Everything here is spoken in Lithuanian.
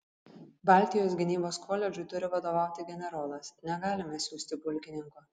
baltijos gynybos koledžui turi vadovauti generolas negalime siųsti pulkininko